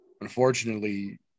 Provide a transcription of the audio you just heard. Unfortunately